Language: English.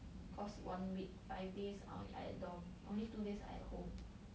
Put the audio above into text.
cause one week five days I at dorm only two days I at home